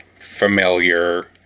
familiar